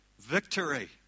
Victory